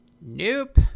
Nope